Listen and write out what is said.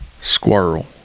squirrel